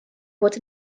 bod